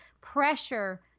pressure